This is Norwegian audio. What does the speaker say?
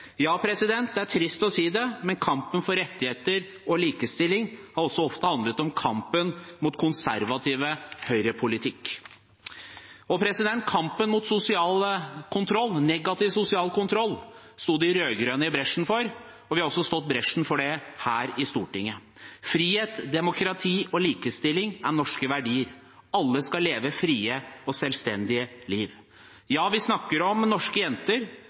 Det er trist å si det, men kampen for rettigheter og likestilling har også ofte handlet om kampen mot konservativ høyrepolitikk. Kampen mot sosial kontroll, negativ sosial kontroll, gikk de rød-grønne i bresjen for, og vi har også gått i bresjen for det her i Stortinget. Frihet, demokrati og likestilling er norske verdier. Alle skal leve et fritt og selvstendig liv. Ja, vi snakker om norske jenter